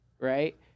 Right